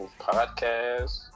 podcast